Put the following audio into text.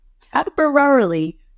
temporarily